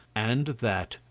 and that,